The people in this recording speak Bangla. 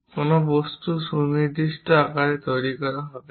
কোনো বস্তু সুনির্দিষ্ট আকারে তৈরি করা হবে না